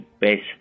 best